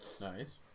Nice